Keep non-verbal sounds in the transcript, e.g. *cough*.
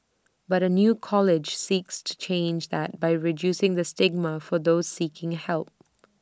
but A new college seeks to change that by reducing the stigma for those seeking help *noise*